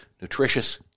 nutritious